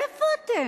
איפה אתם?